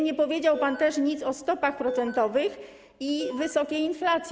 Nie powiedział pan też nic o stopach procentowych i wysokiej inflacji.